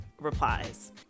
replies